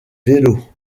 vélos